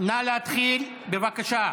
נא להתחיל, בבקשה.